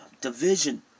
division